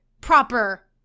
proper